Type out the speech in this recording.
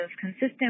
consistent